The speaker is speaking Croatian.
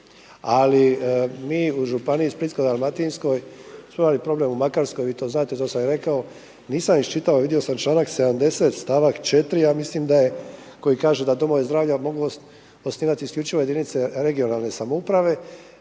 Ali mi u Županiji splitsko-dalmatinskoj smo imali problem u Makarskoj, vi to znate to sam i rekao. Nisam iščitao, vidio sam članak 70. stavak 4. ja mislim da je, koji kaže da domovi zdravlja mogu osnivati isključivo jedinice regionalne samouprave.